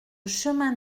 chemin